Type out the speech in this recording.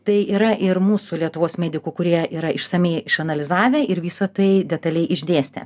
tai yra ir mūsų lietuvos medikų kurie yra išsamiai išanalizavę ir visa tai detaliai išdėstę